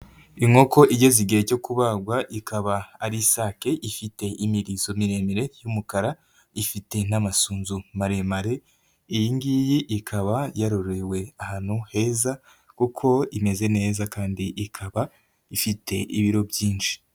Inkoko igeze igihe cyo kubagwa, ikaba ari isake ifite imirizo miremire y'umukara, ifite n'amasunzu maremare, iyi ngiyi ikaba yarororewe ahantu heza kuko imeze neza, kandi ikaba ifite ibiro byinshi.